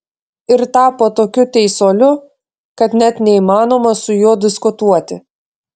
ir tapo tokiu teisuoliu kad net neįmanoma su juo diskutuoti